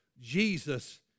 Jesus